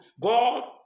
God